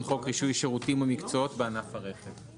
חוק רישוי שירותים ומקצועות בענף הרכב,